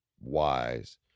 wise